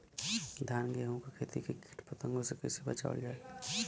धान गेहूँक खेती के कीट पतंगों से कइसे बचावल जाए?